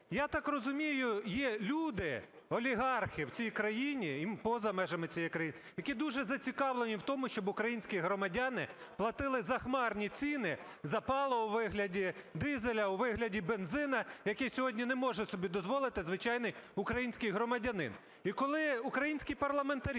я так розумію, є люди, олігархи в цій країні і поза межами цієї країни, які дуже зацікавлені в тому, щоб українські громадяни платили захмарні ціни за паливо у вигляді дизеля, у вигляді бензину, які сьогодні не може собі дозволити звичайний український громадянин.